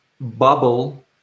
bubble